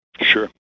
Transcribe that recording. Sure